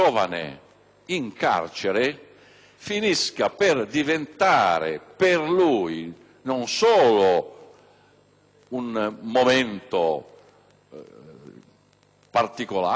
finisce per diventare per lui non solo un momento particolare di afflizione